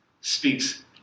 speaks